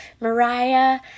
Mariah